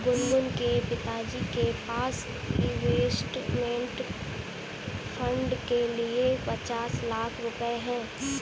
गुनगुन के पिताजी के पास इंवेस्टमेंट फ़ंड के लिए पचास लाख रुपए है